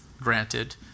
granted